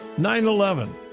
9/11